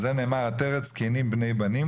על זה נאמר: "עֲטֶ֣רֶת זְ֭קֵנִים בְּנֵ֣י